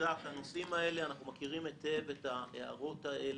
אנחנו מכירים היטב את ההערות האלו.